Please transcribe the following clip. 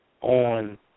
on